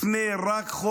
רק לפני חודש,